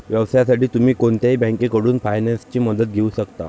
व्यवसायासाठी तुम्ही कोणत्याही बँकेकडून फायनान्सची मदत घेऊ शकता